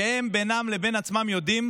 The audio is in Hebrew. שבינם לבין עצמם יודעים